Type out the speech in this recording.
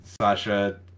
sasha